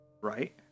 right